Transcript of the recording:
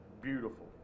beautiful